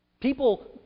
People